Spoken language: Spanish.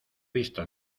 visto